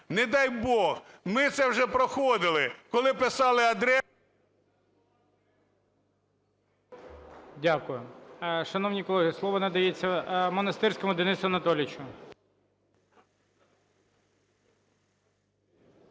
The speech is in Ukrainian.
Не дай Бог. Ми це вже проходили, коли писали… ГОЛОВУЮЧИЙ. Дякую. Шановні колеги, слово надається Монастирському Денису Анатолійовичу.